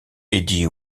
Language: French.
eddy